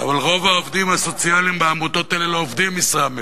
אבל רוב העובדים הסוציאליים בעמותות האלה לא עובדים משרה מלאה.